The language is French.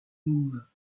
douves